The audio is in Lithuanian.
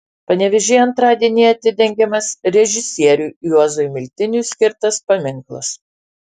panevėžyje antradienį atidengiamas režisieriui juozui miltiniui skirtas paminklas